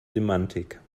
semantik